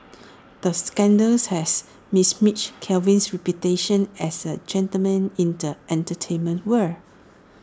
the scandals has besmirched Kevin's reputation as A gentleman in the entertainment world